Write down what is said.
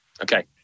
Okay